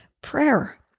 Prayer